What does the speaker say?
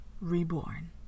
reborn